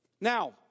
Now